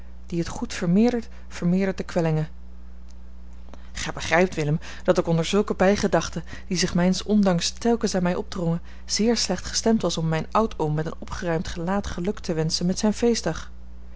die het goed vermeerdert vermeerdert de kwellingen gij begrijpt willem dat ik onder zulke bijgedachten die zich mijns ondanks telkens aan mij opdrongen zeer slecht gestemd was om mijn oud oom met een opgeruimd gelaat geluk te wenschen met zijn feestdag